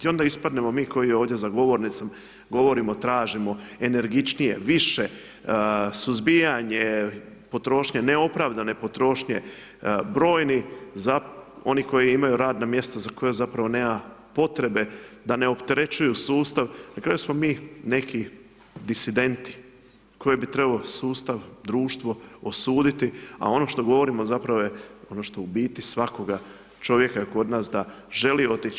I onda ispadnemo mi ovdje koji za govornicom govorimo tržimo energičnije, više suzbijanje potrošnje, neopravdane potrošnje, brojni oni koji imaju radna mjesta za koja zapravo nema potrebe da ne opterećuju sustav, na kraju smo mi neki disidenti koje bi trebao sustav, društvo osuditi, a ono što govorimo je zapravo ono što u biti svakoga čovjeka kod nas da želi otić.